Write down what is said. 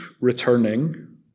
returning